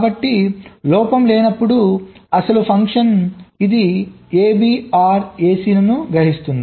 కాబట్టి లోపం లేనప్పుడు అసలు ఫంక్షన్ ఇది ab OR ac ను గ్రహిస్తుంది